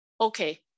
okay